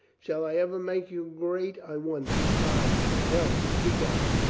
shall i ever make you great, i wonder? ay, in hell. speak out!